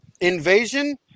invasion